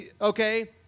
Okay